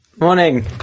Morning